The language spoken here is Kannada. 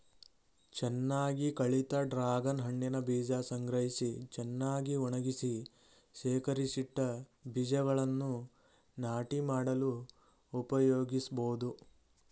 ಚೆನ್ನಾಗಿ ಕಳಿತ ಡ್ರಾಗನ್ ಹಣ್ಣಿನ ಬೀಜ ಸಂಗ್ರಹಿಸಿ ಚೆನ್ನಾಗಿ ಒಣಗಿಸಿ ಶೇಖರಿಸಿಟ್ಟ ಬೀಜಗಳನ್ನು ನಾಟಿ ಮಾಡಲು ಉಪಯೋಗಿಸ್ಬೋದು